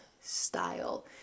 style